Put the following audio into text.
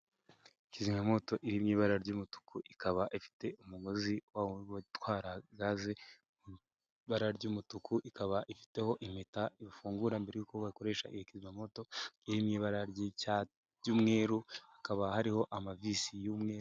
Kizimyamwoto iri mu ibara ry'umutuku ikaba ifite umugozi wawundi utwara gaze, mu ibara ry'umutuku, ikaba ifiteho impeta ufungura mbere y'uko bakoresha iyo kizimyamwoto, iri mu mu ibara ry'umweru hakaba hariho amavisi y'umweru.